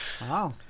Wow